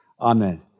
Amen